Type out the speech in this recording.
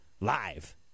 live